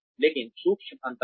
लेकिन सूक्ष्म अंतर हैं